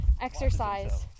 exercise